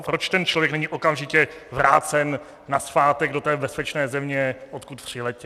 Proč ten člověk není okamžitě vrácen nazpátek do té bezpečné země, odkud přiletěl?